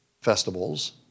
festivals